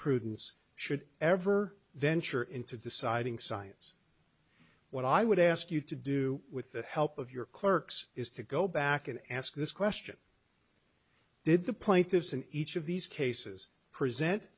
prudence should ever venture into deciding science what i would ask you to do with the help of your clerks is to go back and ask this question did the plaintiffs in each of these cases present